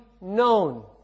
known